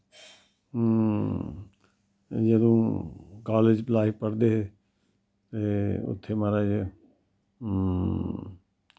जदूं college life पढ़दे हे ते उत्थै माराज